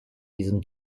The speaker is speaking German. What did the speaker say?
diesem